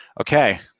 okay